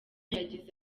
yagize